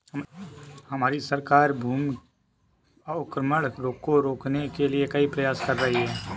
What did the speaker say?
हमारी सरकार भूमि अवक्रमण को रोकने के लिए कई प्रयास कर रही है